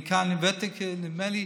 אני כאן עם ותק, נדמה לי,